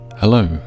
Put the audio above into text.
Hello